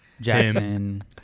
Jackson